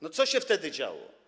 No co się wtedy działo?